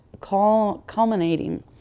culminating